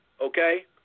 okay